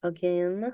Again